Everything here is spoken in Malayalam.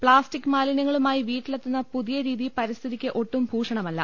പ്താസ്റ്റിക് മാലിനൃങ്ങളുമായി വീട്ടിലെത്തുന്ന പുതിയ രീതി പരിസ്ഥിതിക്ക് ഒട്ടും ഭൂഷണമല്ല